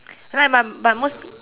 like but but mostly